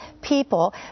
people